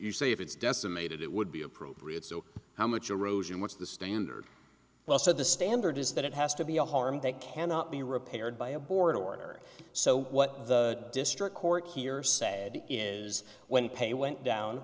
you say if it's decimated it would be appropriate so how much you rosen what's the standard well so the standard is that it has to be a harm that cannot be repaired by a board order so what the district court here said is when pay went down